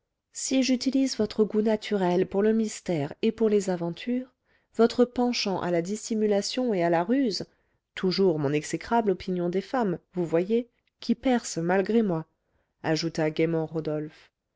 si j'utilise votre goût naturel pour le mystère et pour les aventures votre penchant à la dissimulation et à la ruse toujours mon exécrable opinion des femmes vous voyez qui perce malgré moi ajouta gaiement rodolphe